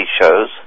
shows